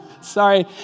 sorry